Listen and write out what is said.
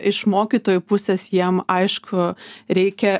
iš mokytojų pusės jiem aišku reikia